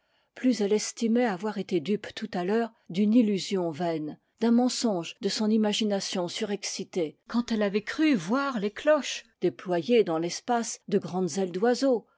plus elle estimait avoir été dupe tout à l'heure d'une illusion vaine d'un mensonge de son imagination surexcitée quand elle avait cru voir les cloches déployer dans l'espace de grandes ailes